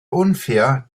unfair